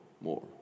more